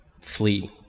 flee